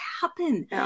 happen